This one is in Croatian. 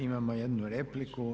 Imamo jednu repliku.